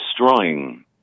destroying